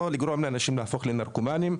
ולא לגרום לאנשים להפוך לנרקומנים,